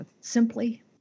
simply